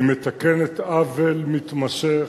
והיא מתקנת עוול מתמשך.